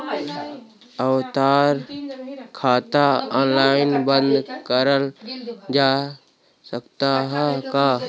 आवर्ती खाता ऑनलाइन बन्द करल जा सकत ह का?